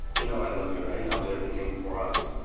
you know i love you right? and i'll do everything for us,